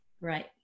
Right